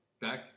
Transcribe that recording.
Back